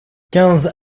quinze